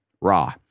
raw